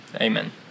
Amen